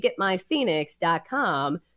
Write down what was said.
GetMyPhoenix.com